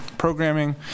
programming